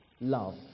love